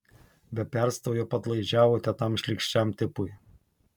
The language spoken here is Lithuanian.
be perstojo padlaižiavote tam šlykščiam tipui